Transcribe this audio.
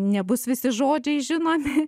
nebus visi žodžiai žinomi